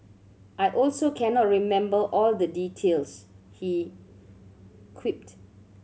I also cannot remember all the details he quipped